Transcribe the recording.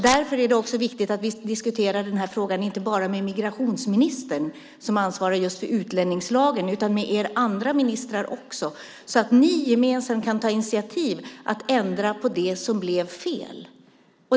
Därför är det viktigt att vi diskuterar den här frågan inte bara med migrationsministern, som ansvarar just för utlänningslagen, utan med er andra ministrar också så att ni gemensamt kan ta initiativ att ändra på det som blev fel.